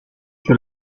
que